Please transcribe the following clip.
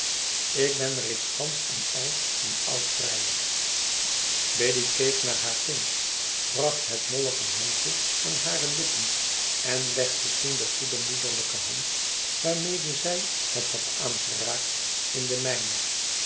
ik ben reeds gansch en al een oud vrijer biddy keek naar haar kind bracht het mollige handje aan hare lippen en legde toen de goede moederlijke hand waarmede zij het had aangeraakt in de mijne